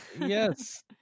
Yes